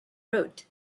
root